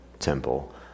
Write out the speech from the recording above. temple